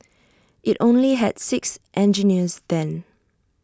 IT only had six engineers then